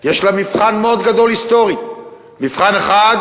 יש מולה מבחן היסטורי מאוד גדול.